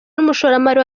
n’umushoramari